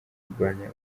kurwanya